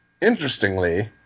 Interestingly